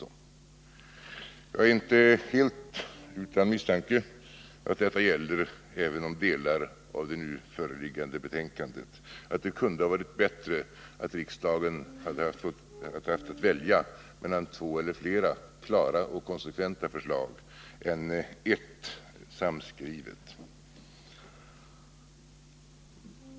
Det är inte helt obefogat att misstänka att detta gäller även delar av det nu föreliggande betänkandet. Det skulle kanske ha varit bättre, om riksdagen hade haft att välja mellan två eller flera klara och konsekventa förslag än ett samskrivet.